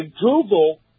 Google